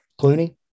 Clooney